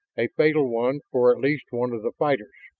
a fatal one for at least one of the fighters.